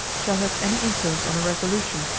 shall have any influence on a resolution,